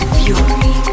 fury